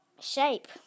shape